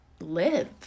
live